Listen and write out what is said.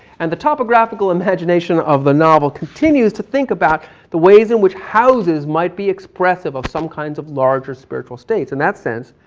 and the topographical imagination of the novel continues to think about the ways in which houses might be expressive of some kinds of larger spiritual states. in that sense,